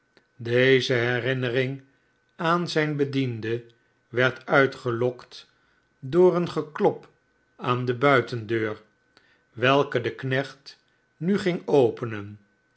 deze herinnering aan zijn bediende werd uitgelokt door een geklop aan de buitendeur welke de knecht nu ging openen